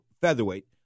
featherweight